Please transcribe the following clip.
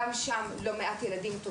גם באלה טובעים לא מעט ילדים.